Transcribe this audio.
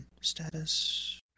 status